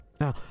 Now